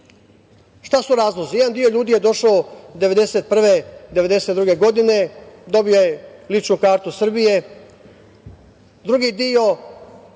Šta su razlozi? Jedan deo ljudi je došao 1991, 1992. godine, dobio je ličnu kartu Srbije,